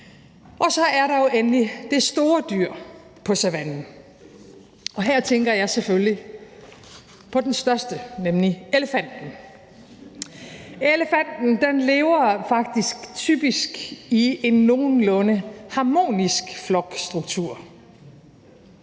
Og så er der jo endelig det store dyr på savannen, og her tænker jeg selvfølgelig på den største, nemlig elefanten. Elefanten lever faktisk typisk i en nogenlunde harmonisk flokstruktur